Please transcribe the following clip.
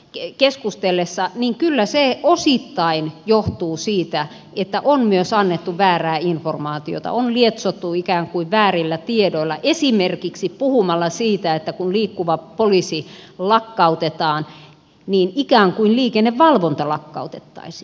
in keskustellessaan niin kyllä keskustellessa osittain johtuu siitä että on myös annettu väärää informaatiota on lietsottu ikään kuin väärillä tiedoilla esimerkiksi puhumalla siitä että kun liikkuva poliisi lakkautetaan niin ikään kuin liikennevalvonta lakkautettaisiin